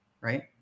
right